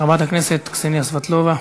חברת הכנסת קסניה סבטלובה,